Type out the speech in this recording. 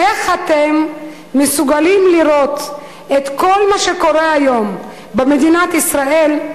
איך אתם מסוגלים לראות את כל מה שקורה היום במדינת ישראל,